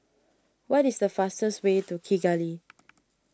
what is the fastest way to Kigali